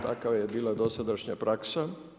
Takva je bila dosadašnja praksa.